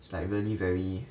it's like really very